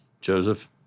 Joseph